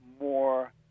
more